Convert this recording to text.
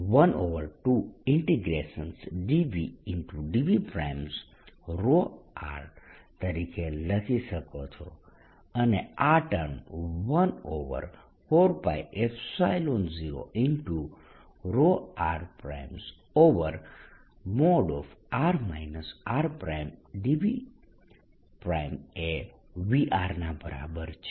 E14π012∬r ρr|r r|dVdV હવે તમે આને 12dVdVr તરીકે લખી શકો છો અને આ ટર્મ 14π0ρr|r r|dV એ V ના બરાબર છે